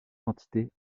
quantité